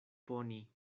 pony